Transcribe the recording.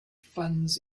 funds